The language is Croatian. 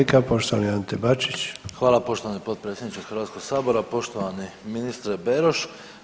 Hvala poštovani potpredsjedniče Hrvatskog sabora, poštovani ministre Beroš.